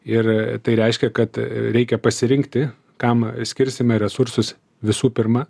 ir tai reiškia kad reikia pasirinkti kam skirsime resursus visų pirma